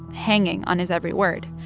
hanging on his every word.